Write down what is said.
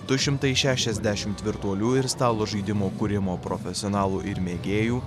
du šimtai šešiasdešimt virtualių ir stalo žaidimų kūrimo profesionalų ir mėgėjų